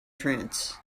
trance